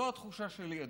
זו התחושה שלי,